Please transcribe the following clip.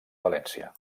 valència